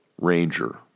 ranger